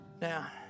Now